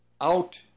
out